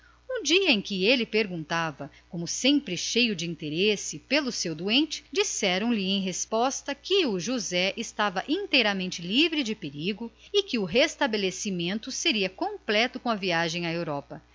um dia em que ele como sempre cheio de solicitude perguntava pelo seu doente disseram-lhe que josé estava livre de maior perigo e que o restabelecimento seria completo com a viagem à europa